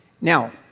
Now